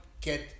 get